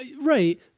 right